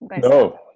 no